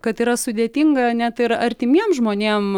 kad yra sudėtinga net ir artimiem žmonėm